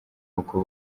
uko